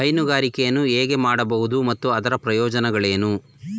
ಹೈನುಗಾರಿಕೆಯನ್ನು ಹೇಗೆ ಮಾಡಬಹುದು ಮತ್ತು ಅದರ ಪ್ರಯೋಜನಗಳೇನು?